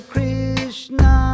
Krishna